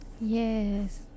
Yes